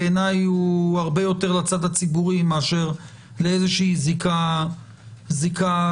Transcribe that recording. בעיניי הוא הרבה יותר לצד הציבורי מאשר לאיזושהי זיקה פרטית.